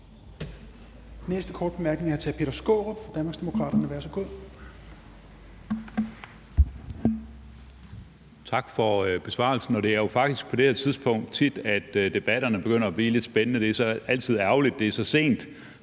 Næste korte bemærkning er fra hr. Peter Skaarup, Danmarksdemokraterne. Værsgo. Kl. 22:39 Peter Skaarup (DD): Tak for besvarelsen. Det er jo faktisk på det her tidspunkt, at debatterne tit begynder at blive lidt spændende – det er så altid ærgerligt, at det er så sent